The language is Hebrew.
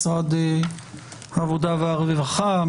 משרד עבודה והרווחה,